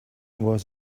was